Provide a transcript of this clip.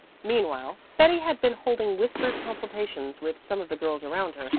meanwhile betty had been holding whispered consultations with some of the girls around her,